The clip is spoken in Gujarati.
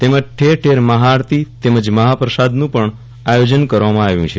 તેમજ ઠેરઠેર મહાઆરતી તેમજ મફાપ્રસાદ નું પણ આયોજન કરવામાં આવેલું છે